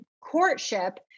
courtship